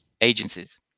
agencies